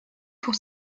pour